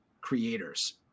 creators